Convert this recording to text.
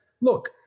look